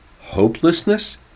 hopelessness